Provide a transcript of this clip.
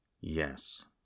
Yes